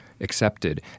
accepted